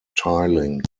tiling